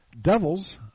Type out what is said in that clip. Devils